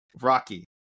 rocky